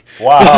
Wow